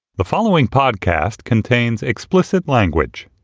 the following podcast contains explicit language